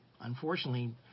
unfortunately